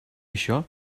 això